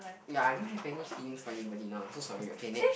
ya I don't have any feelings for anybody now I'm so sorry okay next